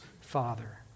Father